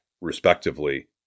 respectively